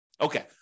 Okay